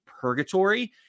purgatory